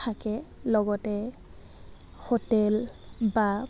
থাকে লগতে হোটেল বা